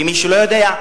למי שלא יודע,